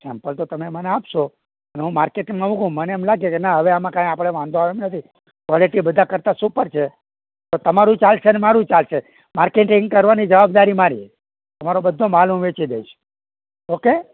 sample તો તમે મને આપશો હું માર્કેટમાં મૂકું મને એમ લાગે કે ના અવે આપણે કઈ આમાં વાંધો આવે એવો નથી ક્વોલિટી બધાં કરતાં સુપર છે તો તમારું ચાલશે ને મારું ચાલશે માર્કેટિંગ કરવાની જવાબદારી મારી તમારો બધો માલ હું વેચી દઇશ ઓકે